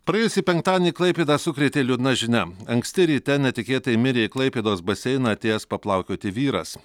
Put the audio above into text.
praėjusį penktadienį klaipėdą sukrėtė liūdna žinia anksti ryte netikėtai mirė į klaipėdos baseiną atėjęs paplaukioti vyras